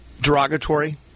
derogatory